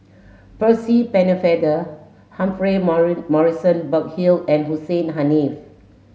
Percy Pennefather Humphrey Morrison Burkill and Hussein Haniff